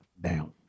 down